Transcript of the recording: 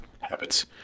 habits